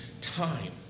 time